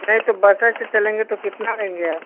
नहीं तो बसे से चलेंगे तो कितना लेंगे आप